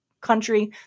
country